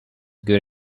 good